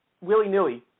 willy-nilly